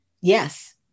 Yes